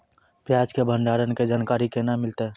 प्याज के भंडारण के जानकारी केना मिलतै?